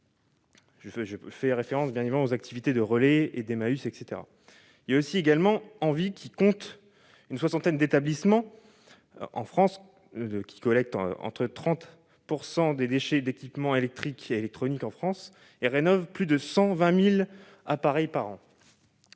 Je pense par exemple aux activités du Relais et d'Emmaüs, etc. Le réseau Envie, quant à lui, qui compte une soixantaine d'établissements en France, collecte entre 25 % et 30 % des déchets d'équipements électriques et électroniques en France et rénove plus de 120 000 appareils par an.